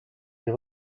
est